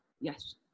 Yes